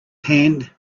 hand